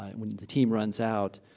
um when the team runs out,